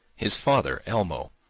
his father, elmo,